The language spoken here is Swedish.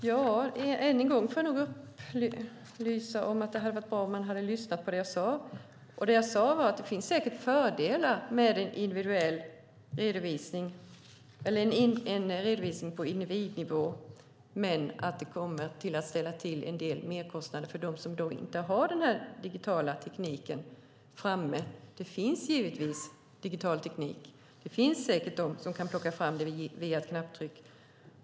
Fru talman! Jag får än en gång upplysa om att det hade varit bra om man hade lyssnat på det som jag sade. Det som jag sade var att det säkert finns fördelar med en redovisning på individnivå men att det kommer att ställa till med en del merkostnader för dem som inte har denna digitala teknik. Det finns givetvis digital teknik för detta, och det finns säkert de som kan plocka fram detta genom ett knapptryck.